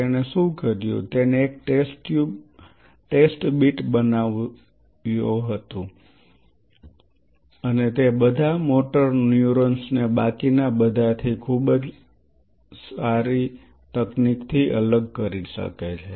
તેણે શું કર્યું તે એક ટેસ્ટ બીટ બનાવતો હતું અને તે બધા મોટર ન્યુરોન્સ ને બાકીની બધા થી ખૂબ જ સારી તકનીક થી અલગ કરી શકે છે